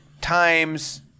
times